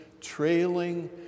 trailing